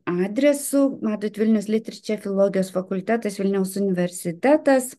adresu matot vilnius litriče filologijos fakultetas vilniaus universitetas